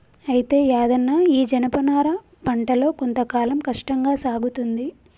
అయితే యాదన్న ఈ జనపనార పంటలో కొంత కాలం కష్టంగా సాగుతుంది